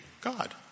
God